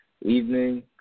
evening